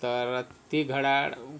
तर ती घड्याळ